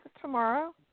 tomorrow